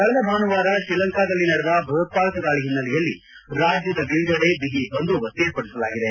ಕಳೆದ ಭಾನುವಾರ ತ್ರೀಲಂಕಾದಲ್ಲಿ ನಡೆದ ಭಯೋತ್ಪಾದಕ ದಾಳಿ ಹಿನ್ನೆಲೆಯಲ್ಲಿ ರಾಜ್ಯದ ವಿವಿಧೆಡೆ ಬಿಗಿ ಬಂದೋಬಸ್ಗೆ ಏರ್ಪಡಿಸಲಾಗಿದೆ